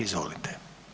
Izvolite.